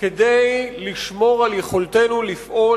כדי לשמור על יכולתנו לפעול,